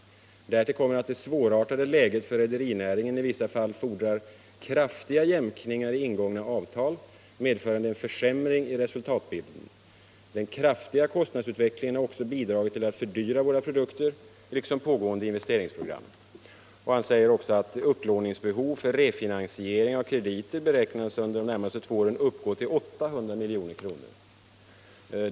Därtill kommer att det svårartade läget för rederinäringen i vissa fall fordrar kraftiga jämkningar i ingångna avtal medförande en försämring i resultatbilden. Den kraftiga kostnadsutvecklingen har också bidragit till att fördyra våra produkter liksom pågående investeringsprogram.” Varvschefen skriver också att upplåningsbehovet för refinansiering av Nr 73 krediter under 1976-1977 beräknas uppgå till 800 milj.kr.